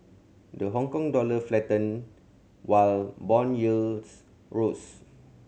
the Hongkong dollar faltered while bond yields rose